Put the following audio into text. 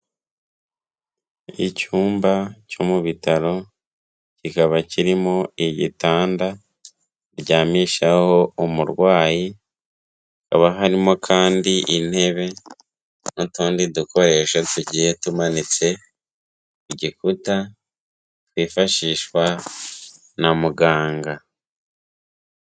Icyumba cyo mu bitaro kikaba kirimo igitanda baryamishaho umurwayi, hakaba harimo kandi intebe n'utundi dukoreshasho tugiye tumanitse ku gikuta, twifashishwa na muganga.